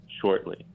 shortly